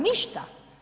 Ništa.